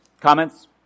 comments